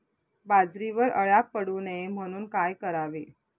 बाजरीवर अळ्या पडू नये म्हणून काय करावे?